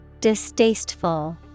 Distasteful